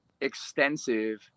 extensive